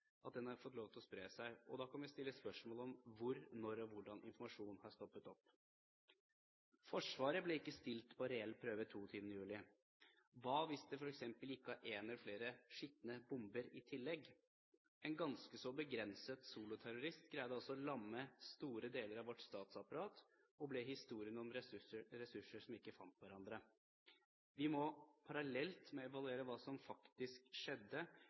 at det har fått lov til å spre seg. Da kan vi stille spørsmål om hvor, når og hvordan informasjonen har stoppet opp. Forsvaret ble ikke stilt på en reell prøve 22. juli. Hva hvis det f.eks. gikk av en eller flere skitne bomber i tillegg? En ganske så begrenset soloterrorist greide altså å lamme store deler av vårt statsapparat og ble historien om ressurser som ikke fant hverandre. Vi må, parallelt med å evaluere hva som faktisk skjedde,